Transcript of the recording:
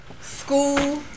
school